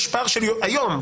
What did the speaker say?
היום,